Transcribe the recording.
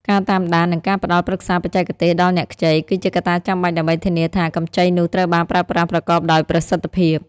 ការតាមដាន និងការផ្ដល់ប្រឹក្សាបច្ចេកទេសដល់អ្នកខ្ចី គឺជាកត្តាចាំបាច់ដើម្បីធានាថា កម្ចីនោះត្រូវបានប្រើប្រាស់ប្រកបដោយប្រសិទ្ធភាព។